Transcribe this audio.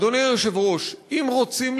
אדוני היושב-ראש, אם רוצים